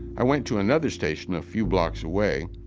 i went to another station a few blocks away.